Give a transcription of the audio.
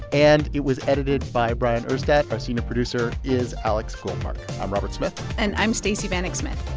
and it was edited by bryant urstadt. our senior producer is alex goldmark. i'm robert smith and i'm stacey vanek smith.